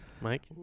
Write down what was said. Mike